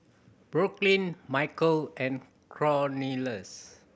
Brooklynn Michale and Cornelius